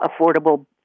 affordable